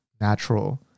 natural